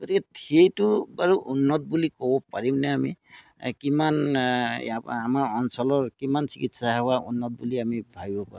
গতিকে সেইটো বাৰু উন্নত বুলি ক'ব পাৰিমনে আমি এই কিমান ইয়াৰ পৰা আমাৰ অঞ্চলৰ কিমান চিকিৎসা সেৱা উন্নত বুলি আমি ভাবিব পাৰোঁ